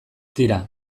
tira